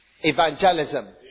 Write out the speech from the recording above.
evangelism